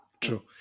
true